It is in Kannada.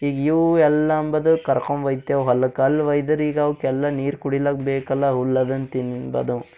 ಹೀಗೆ ಇವು ಎಲ್ಲ ಅಂಬದ ಕರ್ಕೊಂಬೊಯ್ತೆವ್ ಹೊಲಕ್ಕೆ ಅಲ್ಲಿ ಒಯ್ದರೀಗ ಅವಕ್ ಎಲ್ಲ ನೀರು ಕುಡಿಲಕ್ಕ ಬೇಕಲ್ಲ ಉಲ್ಲು ಅದನ್ನ ತಿನ್ಬದವು